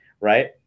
right